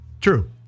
True